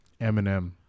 Eminem